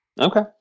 okay